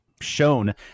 shown